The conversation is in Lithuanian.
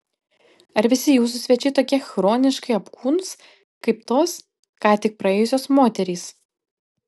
ar visi jūsų svečiai tokie chroniškai apkūnūs kaip tos ką tik praėjusios moterys